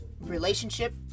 relationship